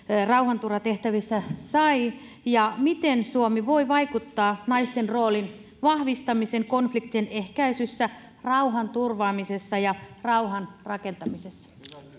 rauhanturvatehtävissä sai ja miten suomi voi vaikuttaa naisten roolin vahvistamiseen konfliktien ehkäisyssä rauhanturvaamisessa ja rauhan rakentamisessa